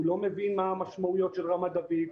הוא לא מבין מה המשמעויות של רמת דוד,